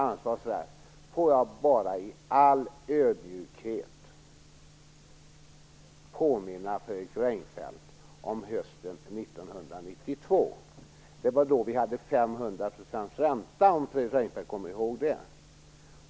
Får jag bara i alla ödmjukhet påminna Fredrik Reinfeldt om hösten 1992. Det var då vi hade 500 % ränta, om Fredrik Reinfeldt kommer ihåg det.